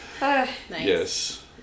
yes